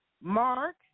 Mark